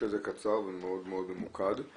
הצגת את זה קצר ומאוד ממוקד,